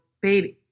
baby